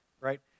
right